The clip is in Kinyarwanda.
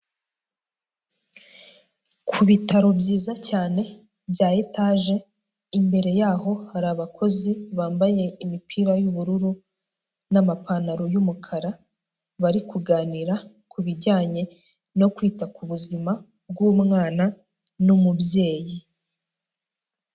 Ku bitaro byiza cyane bya etaje, imbere yaho hari abakozi bambaye imipira y'ubururu n'amapantaro y'umukara, bari kuganira kubijyanye no kwita ku buzima bw'umwana n'umubyeyi.